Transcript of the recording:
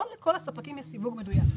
לא לכל הספקים יש סיווג מדויק.